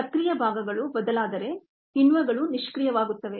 active ಸೈಟ್ಸ್ಗಳು ಬದಲಾದರೆ ಕಿಣ್ವಗಳು ನಿಷ್ಕ್ರಿಯವಾಗುತ್ತವೆ